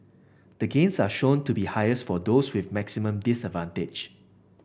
the gains are shown to be highest for those with maximum disadvantage